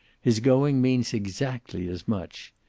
his going means exactly as much.